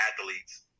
athletes